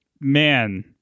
man